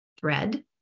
thread